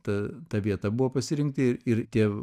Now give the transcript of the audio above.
ta ta vieta buvo pasirinkti ir ir tie